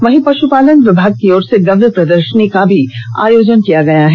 वहीं पशुपालन विभाग की ओर से गव्य प्रदर्शनी का भी आयोजन किया गया है